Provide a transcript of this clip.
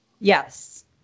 Yes